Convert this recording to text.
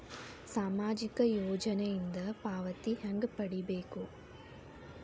ಸಾಮಾಜಿಕ ಯೋಜನಿಯಿಂದ ಪಾವತಿ ಹೆಂಗ್ ಪಡಿಬೇಕು?